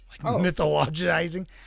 mythologizing